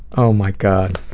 oh my god.